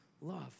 love